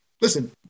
Listen